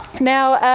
now,